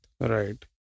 Right